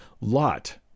Lot